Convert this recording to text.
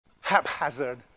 haphazard